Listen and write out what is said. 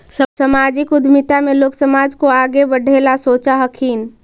सामाजिक उद्यमिता में लोग समाज को आगे बढ़े ला सोचा हथीन